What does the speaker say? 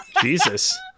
Jesus